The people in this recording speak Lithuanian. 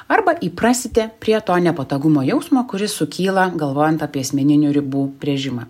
arba įprasite prie to nepatogumo jausmo kuris sukyla galvojant apie asmeninių ribų brėžimą